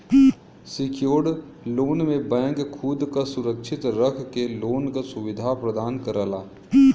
secured loan में bank खुद क सुरक्षित रख के लोन क सुविधा प्रदान करला